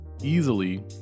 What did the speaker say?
easily